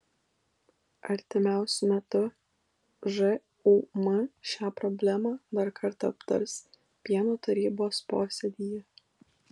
artimiausiu metu žūm šią problemą dar kartą aptars pieno tarybos posėdyje